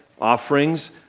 offerings